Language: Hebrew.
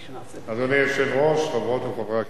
אדוני היושב-ראש, חברות וחברי הכנסת,